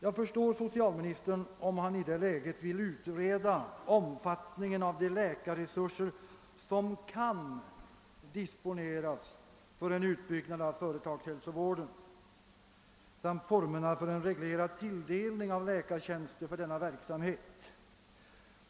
Jag förstår att socialministern i detta läge vill utreda omfattningen av de läkarresurser, som kan disponeras för en utbyggnad av företagshälsovården, samt formerna för en reglerad tilldelning av läkartjänster för denna verksamhet.